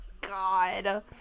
God